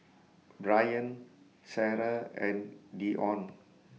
Brayan Sara and Deon